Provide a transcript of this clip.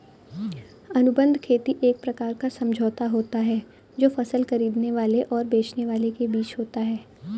अनुबंध खेती एक प्रकार का समझौता होता है जो फसल खरीदने वाले और बेचने वाले के बीच होता है